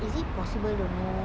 is it possible to know